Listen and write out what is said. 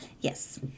Yes